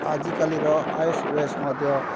ଆଜିକାଲିର iOS ମଧ୍ୟ